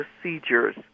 procedures